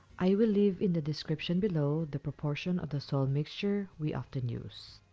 i will leave in the description below, the proportion of the soil mixture we often use.